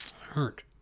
Hurt